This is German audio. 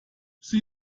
sie